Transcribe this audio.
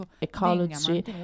ecology